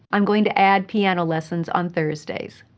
i'm going to add piano lessons on thursday.